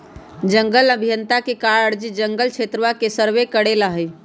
जंगल अभियंता के कार्य जंगल क्षेत्रवा के सर्वे करे ला हई